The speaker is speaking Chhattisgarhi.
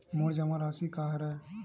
मोर जमा राशि का हरय?